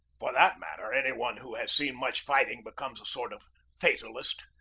for that matter, any one who has seen much fighting becomes a sort of fatalist.